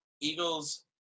eagles